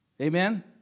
Amen